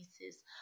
pieces